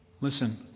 listen